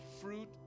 fruit